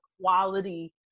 quality